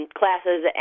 classes